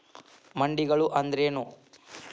ಮಂಡಿಗಳು ಅಂದ್ರೇನು?